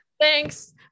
Thanks